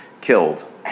killed